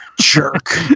Jerk